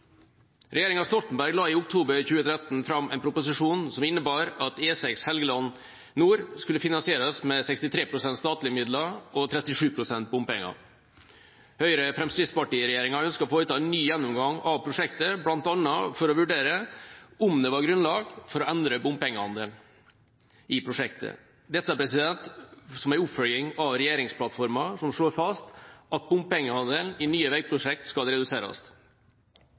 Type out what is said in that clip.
Regjeringa Stoltenberg la i oktober 2013 fram en proposisjon som innebar at E6 Helgeland nord skulle finansieres med 63 pst. statlige midler og 37 pst. bompenger. Høyre–Fremskrittsparti-regjeringa ønsket å foreta en ny gjennomgang av prosjektet, bl.a. for å vurdere om det var grunnlag for å endre bompengeandelen i prosjektet – dette som en oppfølging av regjeringsplattformen, som slår fast at bompengeandelen i nye veiprosjekter skal reduseres.